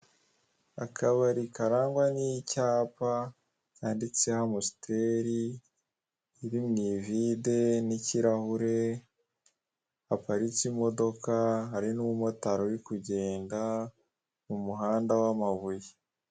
Akabari karangwa n'icyapa, kanditseho Amstel iri mu ivide n'kirahure, haparitse imodoka hari n'umumotari uri kugenda mu muhanda w'amabuye.